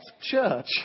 Church